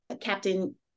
Captain